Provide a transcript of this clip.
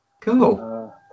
Cool